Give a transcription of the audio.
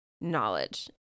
knowledge